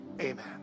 amen